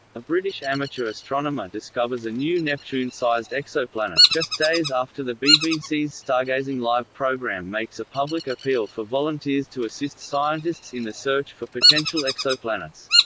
a british amateur astronomer discovers a new neptune-sized exoplanet, just days after the bbc's stargazing live program makes a public appeal for volunteers to assist scientists in the search for potential exoplanets.